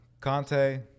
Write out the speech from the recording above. Conte